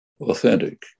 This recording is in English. authentic